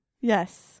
Yes